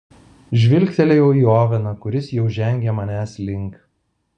žvilgtelėjau į oveną kuris jau žengė manęs link